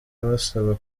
abasaba